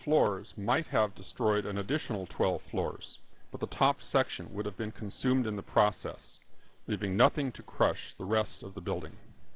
floors might have destroyed an additional twelve floors but the top section would have been consumed in the process leaving nothing to crush the rest of the building